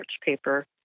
paper